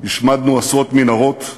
השמדנו עשרות מנהרות,